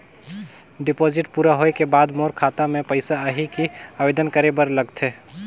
Deposit पूरा होय के बाद मोर खाता मे पइसा आही कि आवेदन करे बर लगथे?